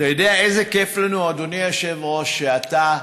אתה יודע איזה כיף לנו, אדוני היושב-ראש, שאתה,